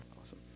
Awesome